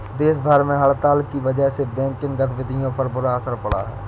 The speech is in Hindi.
देश भर में हड़ताल की वजह से बैंकिंग गतिविधियों पर बुरा असर पड़ा है